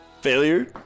Failure